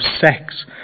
sex